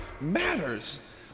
matters